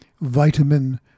Vitamin